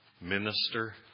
minister